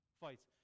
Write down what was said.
fights